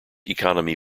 economy